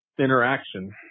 interaction